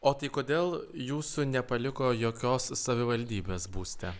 o tai kodėl jūsų nepaliko jokios savivaldybės būste